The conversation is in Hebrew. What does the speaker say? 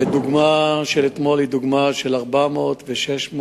והדוגמה של אתמול היא דוגמה של 400 ו-600,